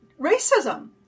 racism